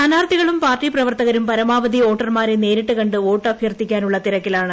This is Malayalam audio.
സ്ഥാനാർത്ഥികളും പാർട്ടി പ്രവർത്തകരും പരമാവധി വോട്ടർമാരെ നേരിട്ട് കണ്ട് വോട്ട് അഭ്യർത്ഥിക്കുന്നതിനുളള തിരക്കിലാണ്